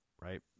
Right